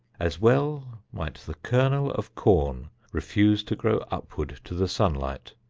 as well might the kernel of corn refuse to grow upward to the sunlight,